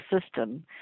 system